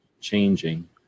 changing